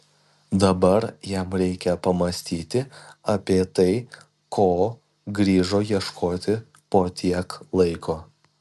dabar jam reikia pamąstyti apie tai ko grįžo ieškoti po tiek laiko